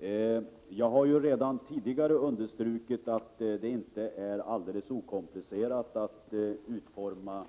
Herr talman! Jag har ju redan tidigare understrukit att det inte är alldeles okomplicerat att utforma